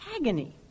agony